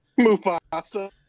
Mufasa